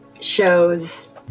shows